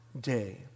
day